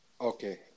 Okay